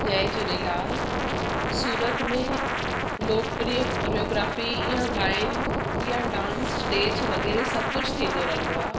जय झूलेलाल सूरत में लोकप्रिय कोरियोग्राफी ईअं ॻाइनि इहा डांस स्टेज वग़ैरह सभु कुझु थींदो रहंदो आहे